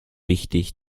wichtig